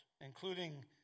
including